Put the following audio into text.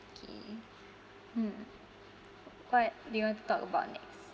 okay hmm what do you want to talk about next